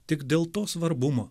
tik dėl to svarbumo